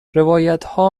روایتها